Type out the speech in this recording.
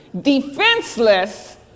defenseless